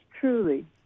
truly